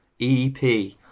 ep